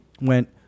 went